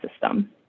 system